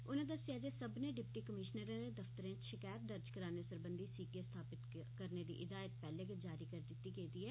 उनें दस्सेआ जे सब्बनें डिप्टी कमीशनरें दे दफ्तरें इच शकैत दर्ज कराने सरबंधी सीगे स्थापित करने दी हिदायत पैहले गै जारी करी दिती गेदी ऐ